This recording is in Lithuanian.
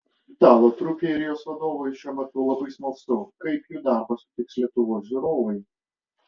italų trupei ir jos vadovui šiuo metu labai smalsu kaip jų darbą sutiks lietuvos žiūrovai